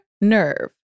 nerve